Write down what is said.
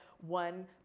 one